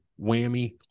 whammy